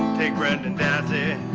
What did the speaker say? take brendan dassey.